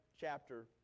chapter